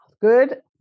good